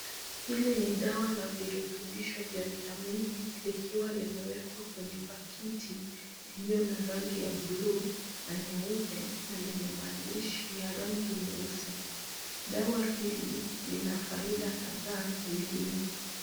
Hili ni dawa la virutubisho vya vitamini likiwa limewekwa kwenye pakiti iliyo na rangi ya bluu na nyeupe na lenye maandishi ya rangi nyeusi. Dawa hili lina faida kadhaa mwilini.